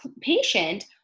patient